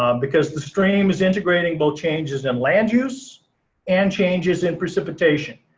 um because the stream is integrating both changes in land use and changes in precipitation.